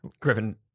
Griffin